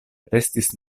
restis